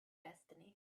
destiny